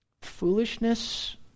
Foolishness